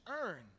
earn